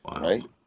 right